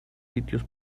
sitios